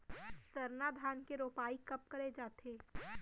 सरना धान के रोपाई कब करे जाथे?